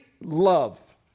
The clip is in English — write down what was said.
love